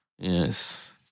Yes